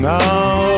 now